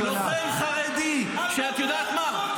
פלגנית, זורעת שקר והרס.